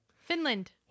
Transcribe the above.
Finland